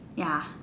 ya